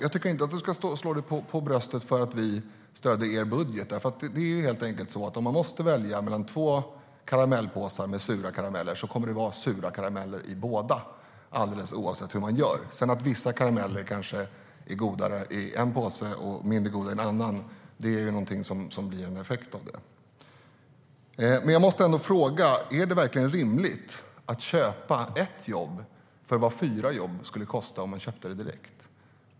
Jag tycker inte att du ska slå dig för bröstet för att vi stödde er budget. Om man måste välja mellan två karamellpåsar med sura karameller kommer det att vara sura karameller i båda påsarna, oavsett hur man gör. Sedan att vissa karameller kanske är godare i ena påsen och mindre goda i den andra påsen är effekten av det hela. Jag måste ändå fråga: Är det verkligen rimligt att köpa ett jobb till kostnaden för fyra jobb, om man köper dem direkt?